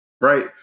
right